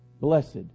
blessed